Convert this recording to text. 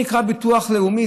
זה לא נקרא ביטוח לאומי,